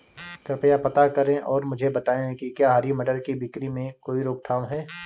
कृपया पता करें और मुझे बताएं कि क्या हरी मटर की बिक्री में कोई रोकथाम है?